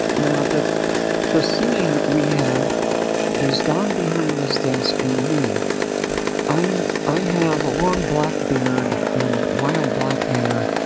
now, the the scene we have is don behind his desk and me i'm i have a long black beard and wild black hair.